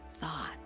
thought